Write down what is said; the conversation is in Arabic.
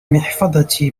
محفظتي